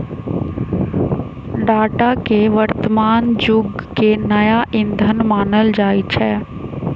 data के वर्तमान जुग के नया ईंधन मानल जाई छै